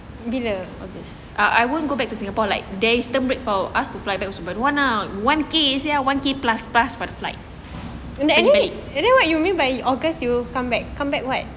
I wouldn't go back to singapore like there's term break that asked to fly back also but I don't want lah one K sia one K plus plus for the flight